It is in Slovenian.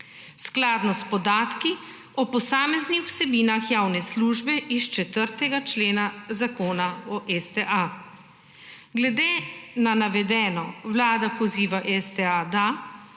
skladno s podatki o posameznih vsebinah javne službe iz 4. člena Zakona o STA. Glede na navedeno Vlada poziva STA, da,